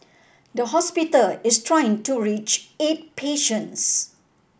the hospital is trying to reach eight patients